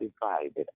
divided